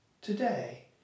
Today